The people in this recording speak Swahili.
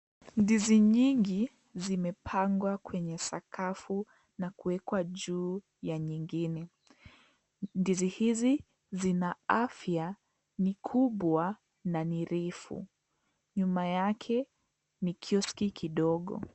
Ndizi nyingi zimepangwa kwenye sakafu na kuwekwa juu, ya nyingine, ndizi hizi zina afya, ni kubwa, na ni refu, nyuma yake, ni kioski kidogo.